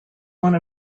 one